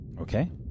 Okay